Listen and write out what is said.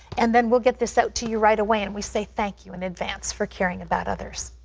and then we'll get this out to you right away, and we say thank you in advance for caring about others.